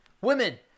women